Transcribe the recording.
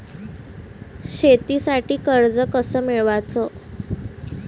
शेतीसाठी कर्ज कस मिळवाच?